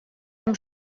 amb